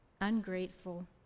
ungrateful